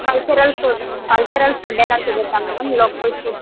cultural ಫ್ cultural food ಎಲ್ಲ ಸಿಗುತ್ತಾ ಮೇಡಮ್ ಲೋಕಲ್ ಫುಡ್ಸ್